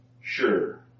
sure